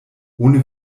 ohne